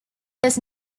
does